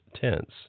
tense